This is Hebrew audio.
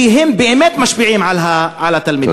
כי הם באמת משפיעים על התלמידים.